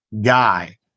guy